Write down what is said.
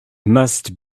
must